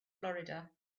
florida